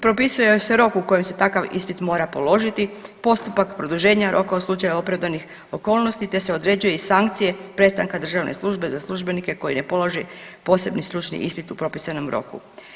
Propisuje se rok u kojem se takav ispit mora položiti, postupak produženja roka u slučaju opravdanih okolnosti te se određuje i sankcije prestanka državne službe za službenike koji ne položi posebni stručni ispit u propisanom roku.